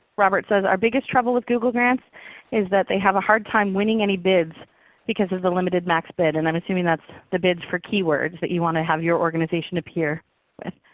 robert says our biggest trouble with google grants is that they have a hard time winning any bids because of the limited max bid. and i'm assuming that's the bids for keywords that you want to have your organization appear with.